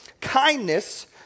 kindness